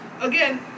Again